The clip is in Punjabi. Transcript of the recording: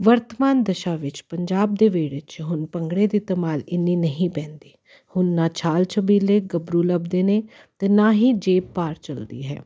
ਵਰਤਮਾਨ ਦਸ਼ਾ ਵਿੱਚ ਪੰਜਾਬ ਦੇ ਵਿਹੜੇ 'ਚ ਹੁਣ ਭੰਗੜੇ ਦੀ ਧਮਾਲ ਇੰਨੀ ਨਹੀਂ ਪੈਂਦੀ ਹੁਣ ਨਾ ਛਾਲ ਛਬੀਲੇ ਗੱਬਰੂ ਲੱਭਦੇ ਨੇ ਅਤੇ ਨਾ ਹੀ ਜੇਬ ਭਾਰ ਝੱਲਦੀ ਹੈ